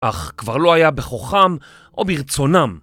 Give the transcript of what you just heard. אך כבר לא היה בכוחם או ברצונם.